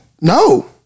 No